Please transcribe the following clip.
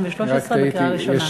קריאה ראשונה,